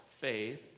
faith